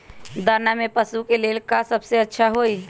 दाना में पशु के ले का सबसे अच्छा होई?